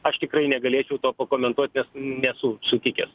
aš tikrai negalėčiau to pakomentuot nes nesu sutikęs